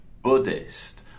Buddhist